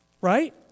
Right